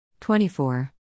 24